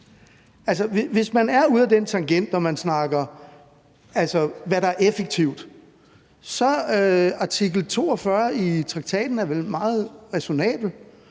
Hvis man er ude ad den tangent og man snakker om, hvad der er effektivt, så er artikel 42 i traktaten vel meget ræsonnabel,